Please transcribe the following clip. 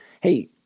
Hey